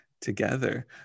together